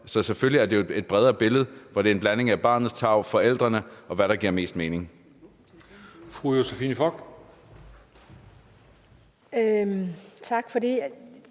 Så selvfølgelig er det et bredere billede, hvor det er en blanding af barnets tarv, forældrene, og hvad der giver mest mening.